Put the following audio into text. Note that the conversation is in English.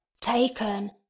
taken